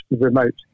remote